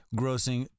grossing